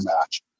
match